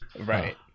right